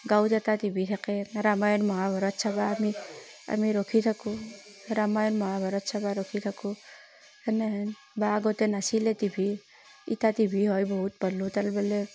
গাঁৱত এটা টিভি থাকে ৰামায়ণ মহাভাৰত চাব আমি আমি ৰখি থাকোঁ ৰামায়ণ মহাভাৰত চাব ৰখি থাকোঁ সেনেহেন বা আগতে নাছিলে টিভি এতিয়া টিভি হৈ বহুত বোলে